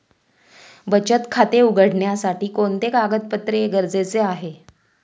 बचत खाते उघडण्यासाठी कोणते कागदपत्रे गरजेचे आहे?